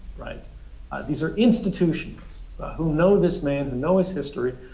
right these are institutions who know this man, who know his history,